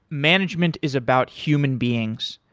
management is about human beings.